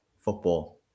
football